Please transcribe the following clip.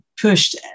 pushed